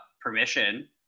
permission